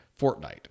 Fortnite